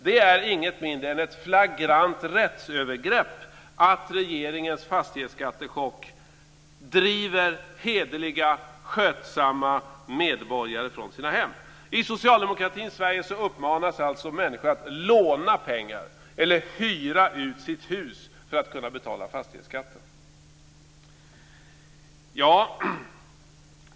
Det är inget mindre än ett flagrant rättsövergrepp att regeringens fastighetsskattechock driver hederliga skötsamma medborgare från sina hem. I socialdemokratins Sverige uppmanas människor att låna pengar eller hyra ut sitt hus för att kunna betala fastighetsskatten.